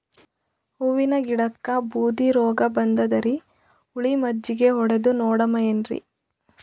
ಹೂವಿನ ಗಿಡಕ್ಕ ಬೂದಿ ರೋಗಬಂದದರಿ, ಹುಳಿ ಮಜ್ಜಗಿ ಹೊಡದು ನೋಡಮ ಏನ್ರೀ?